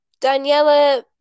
Daniela